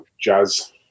jazz